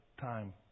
time